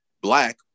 black